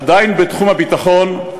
עדיין בתחום הביטחון,